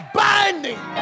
binding